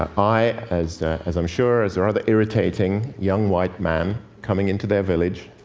i as as i'm sure as a rather irritating young, white man coming into their village,